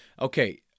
Okay